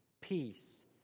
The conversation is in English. peace